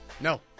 No